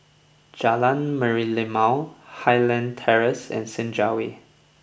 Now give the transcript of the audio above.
Jalan Merlimau Highland Terrace and Senja Way